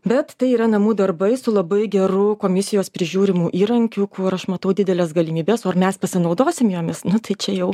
bet tai yra namų darbai su labai geru komisijos prižiūrimu įrankiu kur aš matau dideles galimybes o ar mes pasinaudosim jomis na tai čia jau